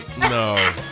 No